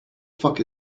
fuck